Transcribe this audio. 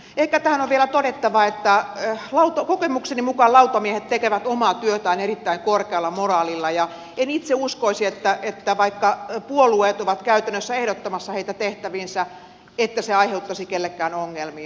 ehkä tähän on vielä todettava että kokemukseni mukaan lautamiehet tekevät omaa työtään erittäin korkealla moraalilla ja en itse uskoisi että vaikka puolueet ovat käytännössä ehdottamassa heitä tehtäviinsä se aiheuttaisi kenellekään ongelmia